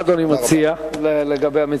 תודה רבה.